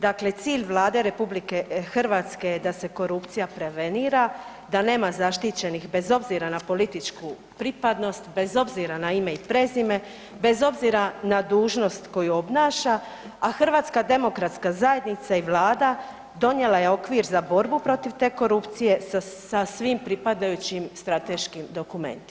Dakle cilj Vlade RH je da se korupcija prevenira, da nema zaštićenih bez obzira na političku pripadnost, bez obzira na ime i prezime, bez obzira na dužnost koju obnaša, a HDZ i Vlada donijela je okvir za borbu protiv te korupcije sa svim pripadajućim strateškim dokumentima.